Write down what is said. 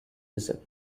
result